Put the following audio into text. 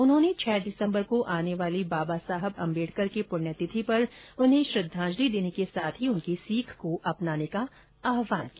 उन्होंने छह दिसम्बर को आने वाली बाबा साहब अम्बेडकर की पुण्यतिथि पर उन्हें श्रद्धांजलि देने के साथ उनकी सीख को अपनाने का आहवान किया